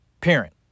parent